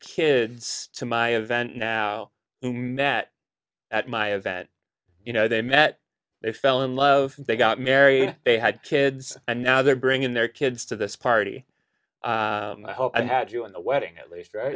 kids to my event now you met at my event you know they met they fell in love they got married they had kids and now they're bringing their kids to this party and i hope i've had you in the wedding at least